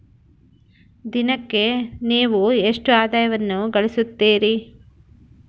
ದಿನಕ್ಕೆ ನೇವು ಎಷ್ಟು ಆದಾಯವನ್ನು ಗಳಿಸುತ್ತೇರಿ?